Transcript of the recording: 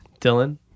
Dylan